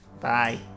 bye